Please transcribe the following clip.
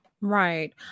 Right